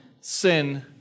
sin